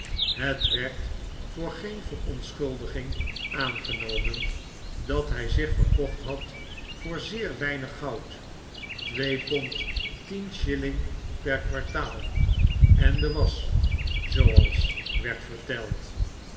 het werd voor geen verontschuldiging aangenomen dat hy zich verkocht had voor zeer weinig goud twee pond tien shilling per kwartaal en de wasch zooals werd verteld